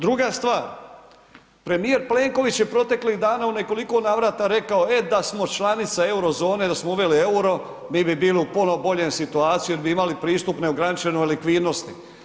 Druga stvar, premijer Plenković je proteklih dana u nekoliko navrata rekao e da smo članica Eurozone, da smo uveli EUR-o, mi bili u puno boljoj situaciji jer bi imali pristup neograničenoj likvidnosti.